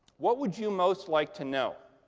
what would you most like to know?